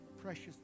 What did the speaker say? precious